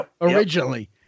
originally